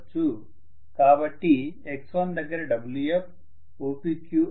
కాబట్టి x1 దగ్గర Wf OPQ అవుతుంది